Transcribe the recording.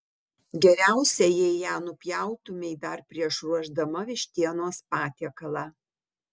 geriausia jei ją nupjautumei dar prieš ruošdama vištienos patiekalą